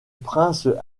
prince